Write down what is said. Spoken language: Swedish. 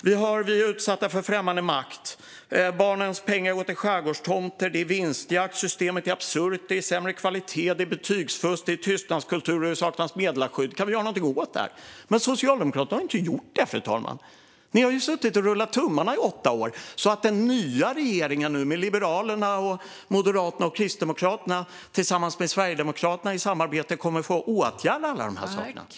Vi är utsatta för främmande makt, barnens pengar går till skärgårdstomter, det är vinstjakt, systemet är absurt, det är sämre kvalitet, det är betygsfusk, det är tystnadskultur och det saknas meddelarskydd. Kan vi göra någonting åt det här? Men Socialdemokraterna har inte gjort det, fru talman. Ni har suttit och rullat tummarna i åtta år så att den nya regeringen med Liberalerna, Moderaterna och Kristdemokraterna tillsammans med Sverigedemokraterna kommer att få åtgärda allting.